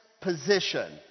position